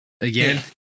again